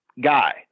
guy